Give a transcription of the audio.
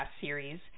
series